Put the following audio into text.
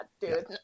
dude